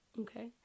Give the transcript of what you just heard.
okay